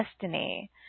destiny